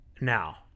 Now